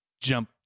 jump